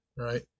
right